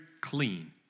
clean